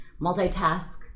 multitask